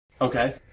Okay